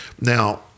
now